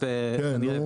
כן נו.